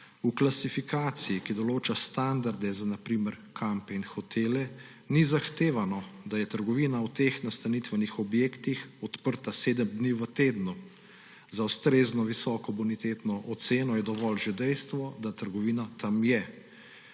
V klasifikaciji, ki določa standarde, za na primer kampe in hotele, ni zahtevano, da je trgovina v teh nastanitvenih objektih odprta 7 dni v tednu, Za ustrezno visoko bonitetno oceno je dovolj že dejstvo, da trgovina tam je.